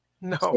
no